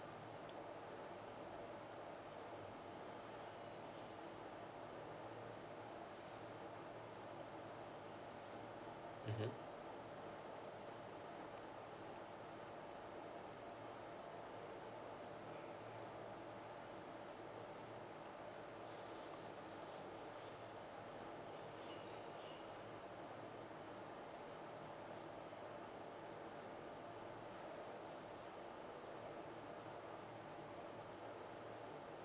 mmhmm